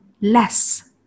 less